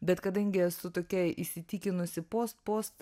bet kadangi esu tokia įsitikinusi post post